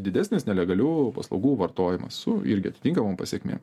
didesnis nelegalių paslaugų vartojimas su irgi atitinkamom pasekmėm